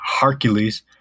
Hercules